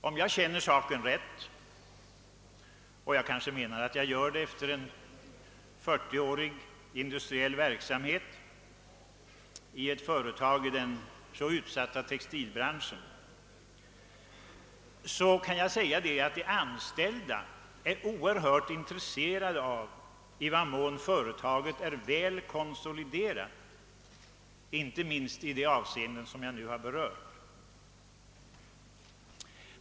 Om jag känner till saken rätt, och det menar jag nog att jag gör efter en 40 årig verksamhet inom ett företag i den så utsatta textilbranschen, så är de anställda oerhört intresserade av i vad mån företaget är väl konsoliderat inte minst i de avseenden som jag nu har berört.